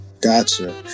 Gotcha